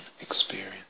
experience